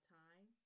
time